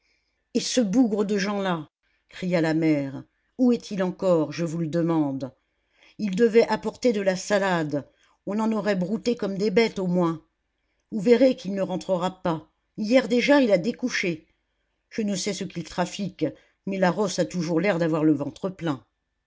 et ce bougre de jeanlin cria la mère où est-il encore je vous le demande il devait apporter de la salade on en aurait brouté comme des bêtes au moins vous verrez qu'il ne rentrera pas hier déjà il a découché je ne sais ce qu'il trafique mais la rosse a toujours l'air d'avoir le ventre plein